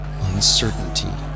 Uncertainty